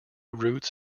roots